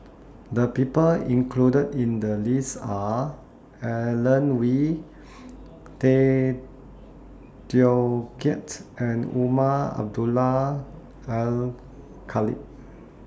The People included in The list Are Alan Oei Tay Teow Kiat and Umar Abdullah Al Khatib